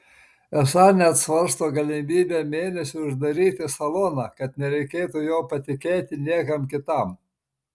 esą net svarsto galimybę mėnesiui uždaryti saloną kad nereikėtų jo patikėti niekam kitam